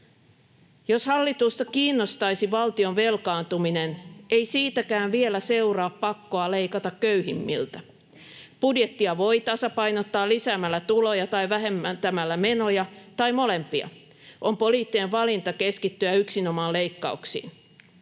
Jos hallitusta kiinnostaisi valtion velkaantuminen, ei siitäkään vielä seuraa pakkoa leikata köyhimmiltä. Budjettia voi tasapainottaa lisäämällä tuloja tai vähentämällä menoja tai molempia. On poliittinen valinta keskittyä yksinomaan leikkauksiin.